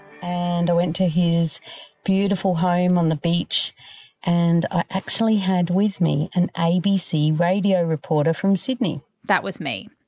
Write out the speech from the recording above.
and i went to his beautiful home on the beach and i actually had with me an abc radio reporter from sydney. that was me.